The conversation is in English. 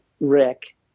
Rick